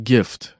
Gift